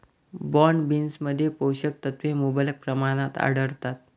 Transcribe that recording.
broad बीन्समध्ये पोषक तत्वे मुबलक प्रमाणात आढळतात